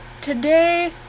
today